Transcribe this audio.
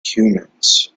humans